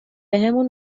بهمون